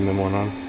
mmm went on